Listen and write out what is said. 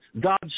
god's